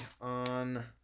on